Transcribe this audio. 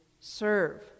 serve